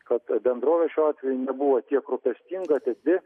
kad bendrovė šiuo atveju nebuvo tiek rūpestinga atidi